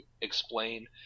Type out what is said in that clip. explain